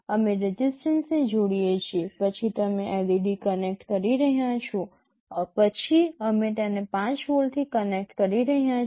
અમે રેસિસ્ટન્સને જોડીએ છીએ પછી તમે LED કનેક્ટ કરી રહ્યાં છો પછી અમે તેને 5 વોલ્ટથી કનેક્ટ કરી રહ્યાં છીએ